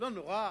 לא נורא.